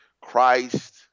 Christ